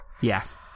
Yes